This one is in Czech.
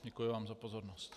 Děkuji vám za pozornost.